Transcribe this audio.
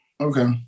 okay